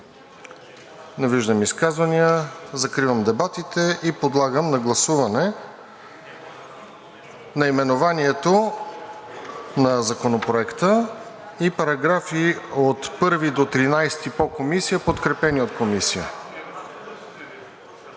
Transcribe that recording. Не виждам изказвания. Закривам дебатите. Подлагам на гласуване наименованието на Законопроекта и параграфи от 1 – 13 по Комисията, подкрепени от Комисията.